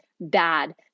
bad